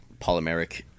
polymeric